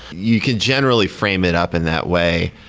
you can generally frame it up in that way.